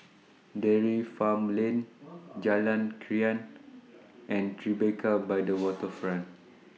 Dairy Farm Lane Jalan Krian and Tribeca By The Waterfront